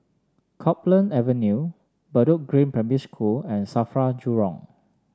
Copeland Avenue Bedok Green Primary School and Safra Jurong